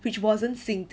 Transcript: which wasn't synced